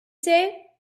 say